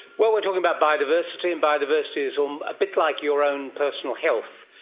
well, we are talking about biodiversity, and biodiversity is um a bit like your own personal health,